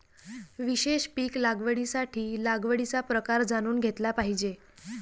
विशेष पीक लागवडीसाठी लागवडीचा प्रकार जाणून घेतला पाहिजे